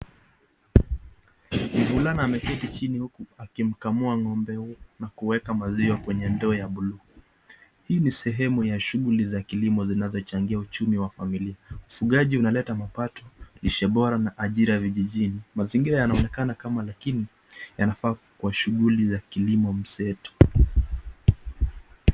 Mvulana ameketi chini huku akimkamua ng'ombe huyu na kuweka maziwa kwenye ndoo ya bluu hii ni sehemu ya shughuli za kilimo zinazochangia uchumi wa familia ,ufugaji unaleta mapato ,lishe bora na ajira vijijini , mazingira yanaonekana kama nikini yanafaa kwa shughuli ya kilimo mseto.